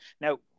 Now